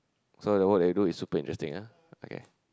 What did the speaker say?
so that work they do is super interesting ah okay